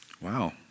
Wow